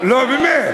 לא, באמת.